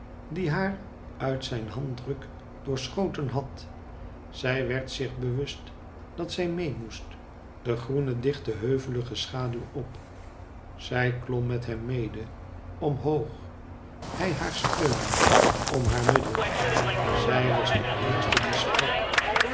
die haar uit zijn handdruk doorschoten had zij werd zich bewust dat zij mee moest de groene dichte heuvelige schaduw op zij klom met hem mede omhoog hij haar steunende om haar middel zij was de eerste die sprak